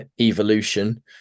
evolution